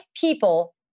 people